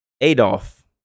Adolf